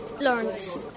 Lawrence